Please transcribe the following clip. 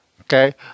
Okay